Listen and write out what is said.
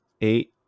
eight